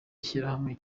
ishyirahamwe